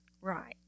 right